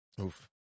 Oof